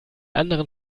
anderen